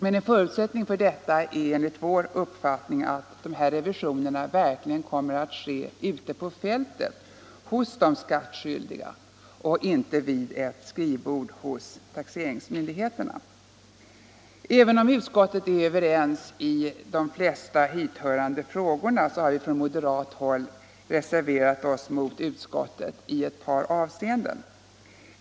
Men en förutsättning för detta är enligt vår uppfattning att dessa revisioner verkligen kommer att ske ute på fältet, hos de skattskyldiga, och inte vid ett skrivbord hos taxeringsmyndigheten. Även om utskottet är överens i de flesta hithörande frågor, har vi från moderat håll reserverat oss mot utskottet i ett par avseenden.